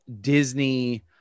Disney